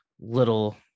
little